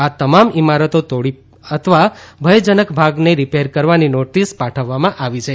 આ તમામ ઇમારતો તોડી અથવા ભયજનક ભાગને રીપેર કરવાની નોટીસ પાઠવવામાં આવી છે